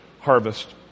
harvest